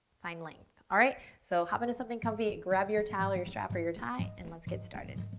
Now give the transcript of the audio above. find length. alright, so hop into something comfy. grab your towel or your strap or your tie, and let's get started.